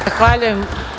Zahvaljujem.